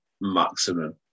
maximum